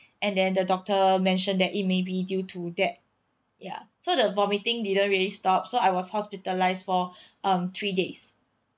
and then the doctor mentioned that it may be due to that ya so the vomiting didn't really stop so I was hospitalised for um three days